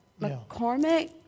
McCormick